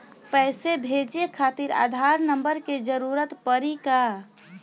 पैसे भेजे खातिर आधार नंबर के जरूरत पड़ी का?